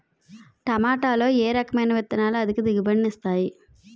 టమాటాలో ఏ రకమైన విత్తనాలు అధిక దిగుబడిని ఇస్తాయి